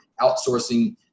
outsourcing